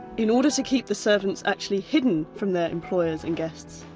in order to keep the servants actually hidden from their employers and guests,